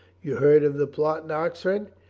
you heard of the plot in oxford.